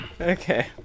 Okay